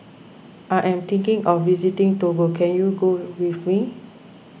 I am thinking of visiting Togo can you go with me